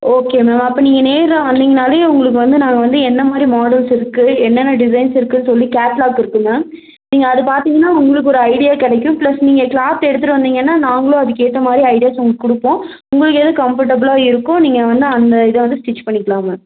okay ma'am அப்போ நீங்கள் நேரில் வந்திங்கன்னாலே உங்களுக்கு வந்து நாங்கள் வந்து என்னமாதிரி மாடல்ஸ் இருக்குது என்னென்ன டிசைன்ஸ் இருக்குதுன் சொல்லி கேட்லாக் இருக்குது மேம் நீங்கள் அது பார்த்திங்கன்னா உங்களுக்கு ஒரு ஐடியா கிடைக்கும் ப்ளஸ் நீங்கள் க்ளாத் எடுத்துகிட்டு வந்திங்கன்னால் நாங்களும் அதுக்கேற்ற மாதிரி ஐடியாஸ் உங்களுக்கு கொடுப்போம் உங்களுக்கு எது கம்ஃபர்ட்டபுளாக இருக்கோ நீங்கள் வந்து அந்த இதை வந்து ஸ்டிட்ச் பண்ணிக்கலாம் மேம்